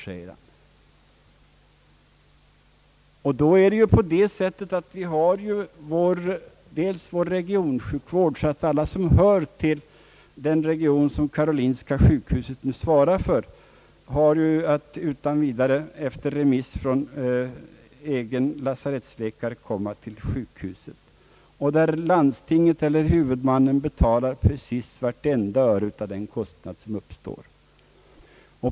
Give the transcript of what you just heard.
I själva verket har vi ju dels region sjukvården, som innebär att alla, som hör till den region karolinska sjukhuset svarar för, utan vidare efter remiss från egen lasarettsläkare får komma till sjukhuset, varvid landstinget eller huvudmannen betalar vartenda öre av den kostnad som uppstår.